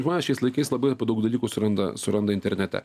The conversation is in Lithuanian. žmonės šiais laikais labai apie daug dalykų suranda suranda internete